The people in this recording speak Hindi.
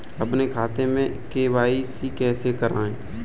अपने खाते में के.वाई.सी कैसे कराएँ?